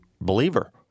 believer